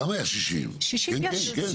60 יש.